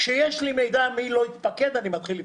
כשיש לי מידע מי לא התפקד, אני מתחיל לפנות.